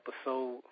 episode